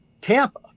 Tampa